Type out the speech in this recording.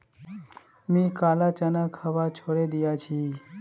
मी काला चना खवा छोड़े दिया छी